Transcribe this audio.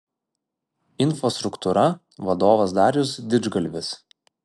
infostruktūra vadovas darius didžgalvis